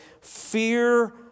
Fear